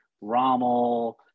Rommel